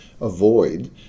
avoid